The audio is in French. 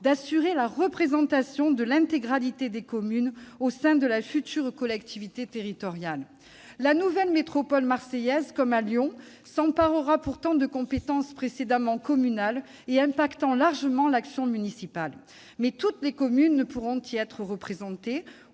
d'assurer la représentation de l'intégralité des communes au sein de la future collectivité territoriale. La nouvelle métropole marseillaise, comme c'est le cas à Lyon, s'emparera de compétences précédemment communales, qui affecteront largement l'action municipale. Mais toutes les communes ne pourront y être représentées